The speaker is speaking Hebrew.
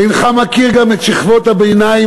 אינך מכיר גם את שכבות הביניים,